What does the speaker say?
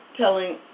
telling